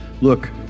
look